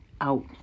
out